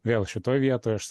vėl šitoj vietoj aš